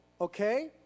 okay